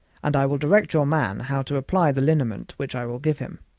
and i will direct your man how to apply the liniment which i will give him.